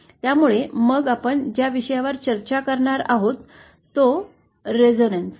त्यामुळे मग आपण ज्या विषयावर चर्चा करणार आहोत तो प्रतिध्वनी